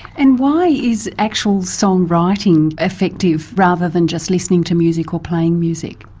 and why is actual song writing effective rather than just listening to music or playing music?